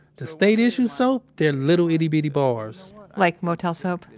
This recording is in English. the state issued soap, they're little, itty bitty bars like motel soap?